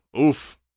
Oof